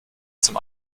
zum